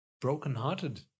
brokenhearted